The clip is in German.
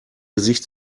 gesicht